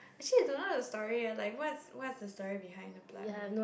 actually I don't know the story eh like what what's the story behind the blood moon